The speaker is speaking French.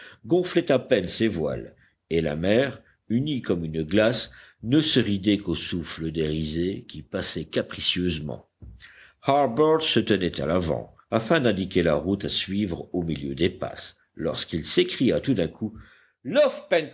gonflait à peine ses voiles et la mer unie comme une glace ne se ridait qu'au souffle des risées qui passaient capricieusement harbert se tenait à l'avant afin d'indiquer la route à suivre au milieu des passes lorsqu'il s'écria tout d'un coup lofe